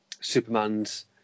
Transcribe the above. Superman's